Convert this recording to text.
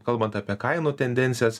kalbant apie kainų tendencijas